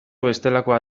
bestelakoa